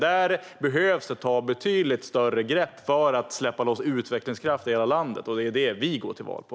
Där behöver det tas betydligt större grepp för att släppa loss utvecklingskraft i hela landet, och det är det vi går till val på.